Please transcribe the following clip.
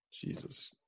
jesus